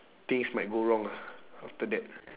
things might go wrong lah after that